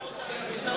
לא